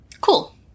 Cool